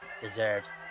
deserves